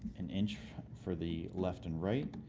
an inch for the left and right.